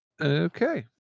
Okay